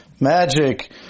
Magic